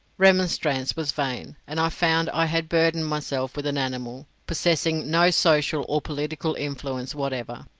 remonstrance was vain, and i found i had burdened myself with an animal, possessing no social or political influence whatever.